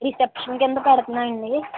reception కింద పెడుతున్నారండీ